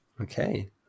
Okay